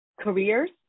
careers